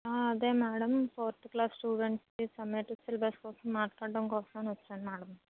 అదే madam fourth class స్టూడెంట్స్కి summative syllabus కోసం మాట్లాడడం కోసమని వచ్చాను మేడమ్